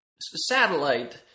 satellite